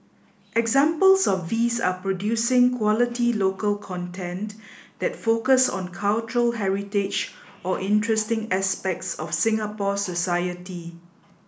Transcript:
examples of these are producing quality local content that focus on cultural heritage or interesting aspects of Singapore society